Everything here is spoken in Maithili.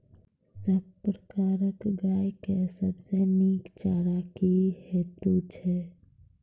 सब प्रकारक गाय के सबसे नीक चारा की हेतु छै?